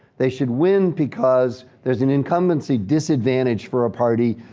they should win because there's an incumbency disadvantage for a party.